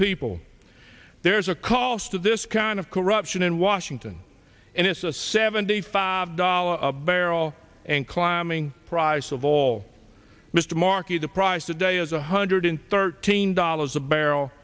people there's a calls to this kind of corruption in washington and it's a seventy five dollars a barrel and climbing price of oil mr markey the price today is a hundred thirteen dollars a barrel